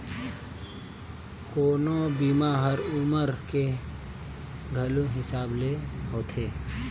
कोनो बीमा हर उमर के घलो हिसाब ले होथे